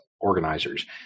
organizers